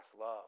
love